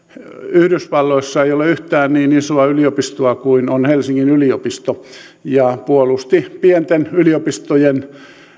yhdysvalloissa ei ole yhtään niin isoa yliopistoa kuin helsingin yliopisto ja puolusti pienten yliopistojen